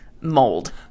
mold